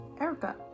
Erica